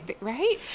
Right